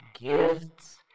gifts